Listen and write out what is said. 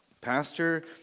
Pastor